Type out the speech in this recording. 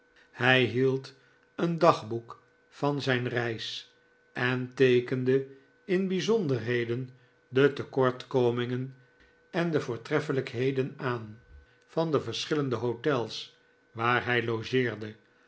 hij hield een dagboek van zijn reis en teekende in bijzonderheden de tekortkomingen en de voortreffelijkheden aan van de verschillende hotels waar hij logeerde